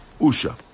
Usha